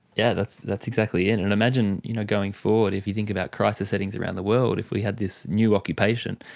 yeah that's that's exactly it, and imagine you know going forward if you think about crisis settings around the world, if we had this new occupation,